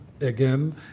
again